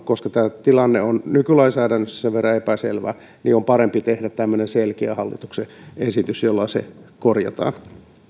koska tämä tilanne on nykylainsäädännössä sen verran epäselvä niin on parempi tehdä tämmöinen selkeä hallituksen esitys jolla se korjataan